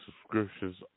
subscriptions